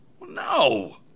No